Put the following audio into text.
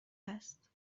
هست